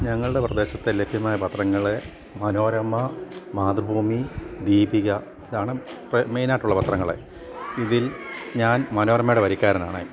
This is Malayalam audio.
ഞങ്ങളുടെ പ്രദേശത്തെ ലഭ്യമായ പത്രങ്ങൾ മനോരമ മാതൃഭൂമി ദീപിക ഇതാണ് മെയിനായിട്ടുള്ള പത്രങ്ങൾ ഇതിൽ ഞാൻ മനോരമയുടെ വരിക്കാരനാണ്